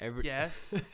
Yes